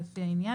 לפי העניין,